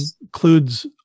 includes